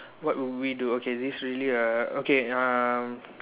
what would we do okay this really uh okay uh